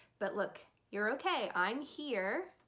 but look. you're okay. i'm here.